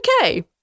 okay